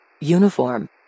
Uniform